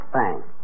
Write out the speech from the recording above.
Thanks